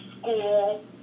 school